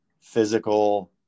physical